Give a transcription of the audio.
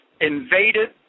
invaded